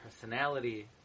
personality